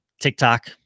TikTok